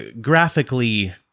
graphically